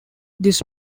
this